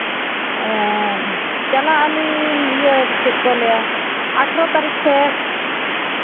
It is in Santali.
ᱪᱟᱞᱟᱜ ᱟᱹᱞᱤᱧ ᱤᱭᱟᱹ ᱪᱮᱫ ᱠᱚ ᱞᱟᱹᱭᱟ ᱟᱴᱷᱨᱚ ᱛᱟᱹᱨᱤᱠᱷ ᱥᱮᱫ